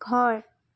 ঘৰ